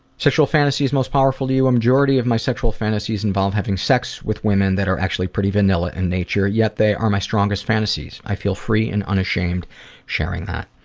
sexual fantasies most powerful to you the majority of my sexual fantasies involve having sex with women that are actually pretty vanilla in nature, yet they are my strongest fantasies. i feel free and unashamed sharing that.